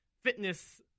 fitness